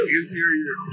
interior